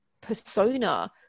persona